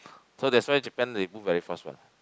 so that's why Japan they move very fast one